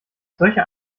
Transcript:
solche